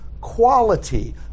quality